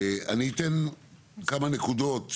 אתן כמה נקודות,